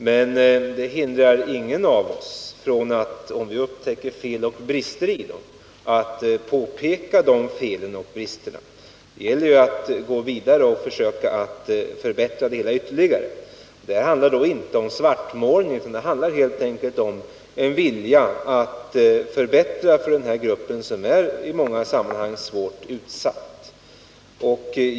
Men om fel och brister upptäcks hindrar det inte att någon av oss påpekar att sådana förekommit. Det gäller ju att gå vidare och att försöka åstadkomma ytterligare förbättringar. Det handlar i det avseendet inte om svartmålning, utan det handlar helt enkelt om en vilja att förbättra för den här gruppen som i många sammanhang är svårt utsatt.